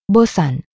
Bosan